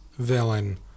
villain